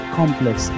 complex